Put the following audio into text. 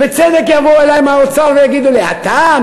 ובצדק יבואו אלי מהאוצר ויגידו: אתה,